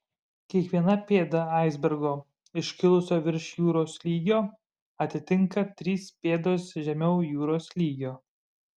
kiekvieną pėdą aisbergo iškilusio virš jūros lygio atitinka trys pėdos žemiau jūros lygio